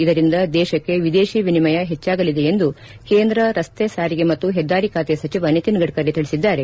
ಇದರಿಂದ ದೇಶಕ್ಕೆ ವಿದೇಶ ವಿನಿಮಯ ಹೆಚ್ಚಾಗಲಿದೆ ಎಂದು ಕೇಂದ್ರ ರಸ್ತೆ ಸಾರಿಗೆ ಮತ್ತು ಹೆದ್ದಾರಿ ಖಾತೆ ಸಚಿವ ನಿತಿನ್ ಗಡ್ತರಿ ತಿಳಿಸಿದ್ದಾರೆ